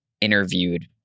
interviewed